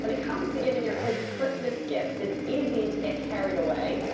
and it comes to giving your kids christmas gifts, it's easy to get carried away.